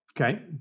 Okay